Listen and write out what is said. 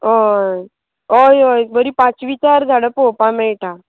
हय हय हय बरी पांचवी चार झाडां पळोवपा मेळटा